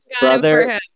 brother